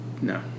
no